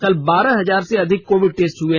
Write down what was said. कल बारह हजार से ज्यादा कोविड टेस्ट हुए